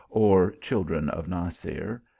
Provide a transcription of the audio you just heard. or children of nasar,